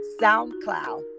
SoundCloud